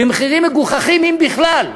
במחירים מגוחכים, אם בכלל,